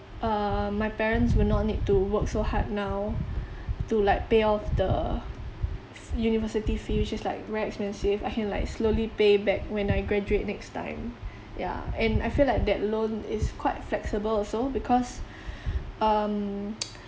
err my parents will not need to work so hard now to like pay off the f~ university fee which is like very expensive I can like slowly pay back when I graduate next time ya and I feel like that loan is quite flexible also because um